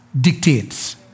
dictates